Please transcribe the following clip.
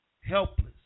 helpless